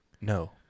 No